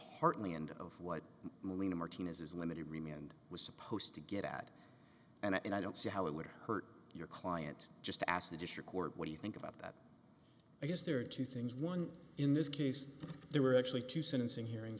heartland of what molina martina's is limited and was supposed to get at and i don't see how it would hurt your client just ask the district court what do you think about that i guess there are two things one in this case there were actually two sentencing hearings